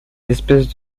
espèces